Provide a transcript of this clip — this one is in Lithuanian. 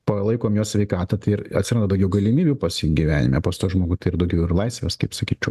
palaikom jo sveikatą tai ir atsiranda daugiau galimybių pas jį gyvenime pas tą žmogų tai ir daugiau ir laisvės kaip sakyčiau